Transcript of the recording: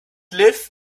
live